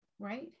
right